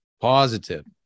Positive